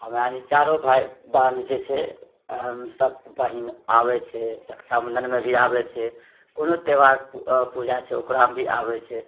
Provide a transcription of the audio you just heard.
हमरा र चारो भाय बहिन जे छै सभ बहिन आबै छै रक्षा बन्धनमे भी आबै छै कोनो त्यौहार पूजा छै ओकरोमे भी आबै छै